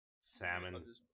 Salmon